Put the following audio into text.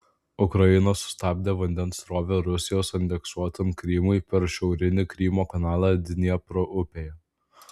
ukraina sustabdė vandens srovę rusijos aneksuotam krymui per šiaurinį krymo kanalą dniepro upėje